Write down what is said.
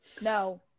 No